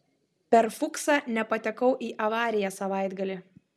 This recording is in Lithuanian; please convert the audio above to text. per fuksą nepatekau į avariją savaitgalį